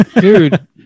Dude